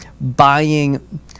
buying